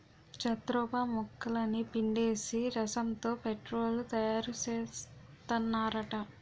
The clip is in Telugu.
జత్రోపా మొక్కలని పిండేసి రసంతో పెట్రోలు తయారుసేత్తన్నారట